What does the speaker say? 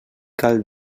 cal